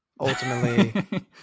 ultimately